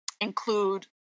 include